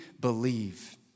believe